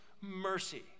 mercy